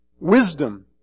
Wisdom